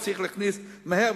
וצריך להכניס מהר,